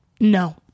no